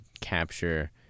capture